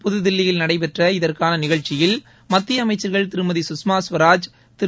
புதுதில்லியில் நடைபெற்ற இதற்கான நிகழ்ச்சியில் மத்திய அமைச்சா்கள் திருமதி கஷ்மா ஸ்வராஜ் திரு